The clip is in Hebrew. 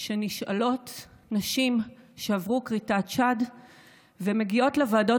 שנשאלות נשים שעברו כריתת שד ומגיעות לוועדות